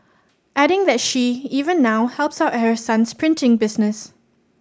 adding that she even now helps out at her son's printing business